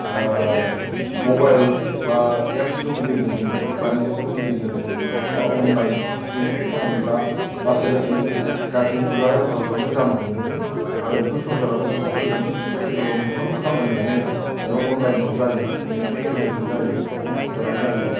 ओ मबाइल बा एप्सफोरनि गेजेरजों बा नेटफोरनि गेजेरजों बा अनलाइन बेबादि खामानि दा लासै लासै गासै दुलाराय भारतावनो जानो हमबोदों आरो बेखौ सरखाराबो गुरुदथ' होदों आथिखालाव मोनफ्रोमबो खामानिआनो अनलाइन आव जायो नेटनि गेजेरजों जायो कम्पिउटाराव जायो